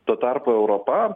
tuo tarpu europa